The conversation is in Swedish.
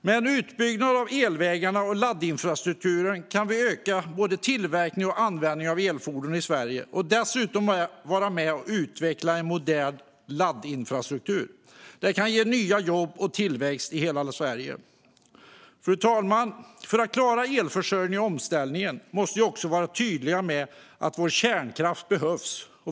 Med en utbyggnad av elvägarna och laddinfrastrukturen kan vi öka både tillverkningen och användningen av elfordon i Sverige och dessutom vara med och utveckla en modern laddinfrastruktur. Det kan ge nya jobb och tillväxt i hela Sverige. Fru talman! För att klara elförsörjningen och omställningen måste vi också vara tydliga med att vår kärnkraft behövs.